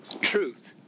Truth